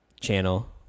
channel